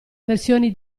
versioni